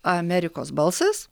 amerikos balsas